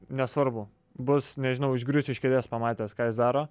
nesvarbu bus nežinau išgrius iš kėdės pamatęs ką jis daro